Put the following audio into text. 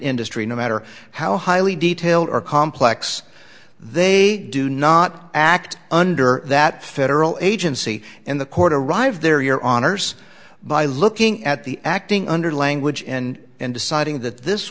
industry no matter how highly detailed or complex they do not act under that federal agency and the court arrive there your honour's by looking at the acting under language and and deciding that this